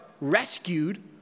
rescued